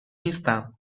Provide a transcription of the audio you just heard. نیستم